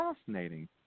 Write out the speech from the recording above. fascinating